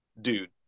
Dude